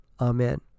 Amen